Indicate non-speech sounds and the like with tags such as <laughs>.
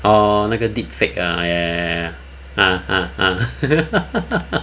orh 那个 deep fate uh uh <laughs>